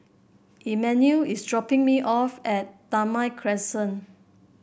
Immanuel is dropping me off at Damai Crescent